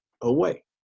away